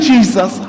Jesus